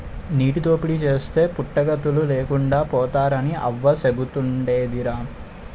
నీటి దోపిడీ చేస్తే పుట్టగతులు లేకుండా పోతారని అవ్వ సెబుతుండేదిరా